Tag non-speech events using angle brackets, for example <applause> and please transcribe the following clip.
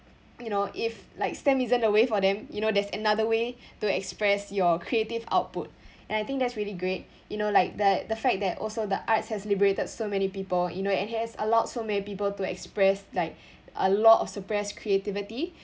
you know if like STEM isn't a way for them you know there's another way to express your creative output and I think that's really great you know like that the fact that also the arts has liberated so many people you know and it has allowed so many people to express like <breath> a lot of suppressed creativity